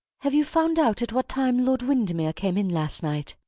have you found out at what time lord windermere came in last night?